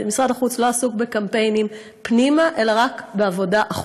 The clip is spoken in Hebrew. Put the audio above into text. משרד החוץ לא עסוק בקמפיינים פנימה אלא רק בעבודה החוצה,